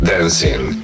Dancing